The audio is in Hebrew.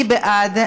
מי בעד?